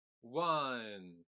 one